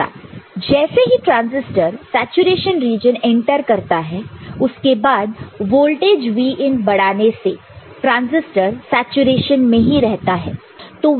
जैसे ही transistor saturation region enter करता है उसके बाद वोल्टेज Vin बढ़ाने से ट्रांसिस्टर सैचुरेशन में ही रहता है